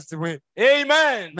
Amen